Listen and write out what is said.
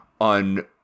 on